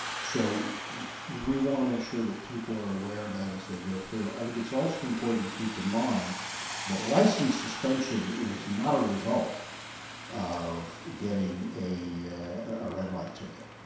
so we want to make sure that people are aware of that as they go through. i think it's also important to keep in mind that license suspension is not a result of getting a a red-light ticket.